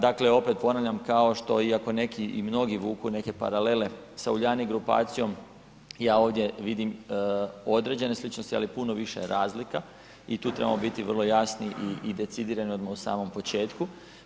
Dakle opet ponavljam kao što iako neki i mnogi vuku neke paralele sa Uljanik grupacijom ja ovdje vidim određene sličnosti ali i puno više razlika i tu trebamo biti vrlo jasni i decidirani odmah u samom početku.